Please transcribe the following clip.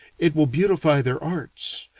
it will beautify their arts,